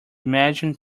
imagined